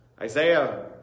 Isaiah